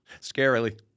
scarily